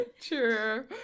True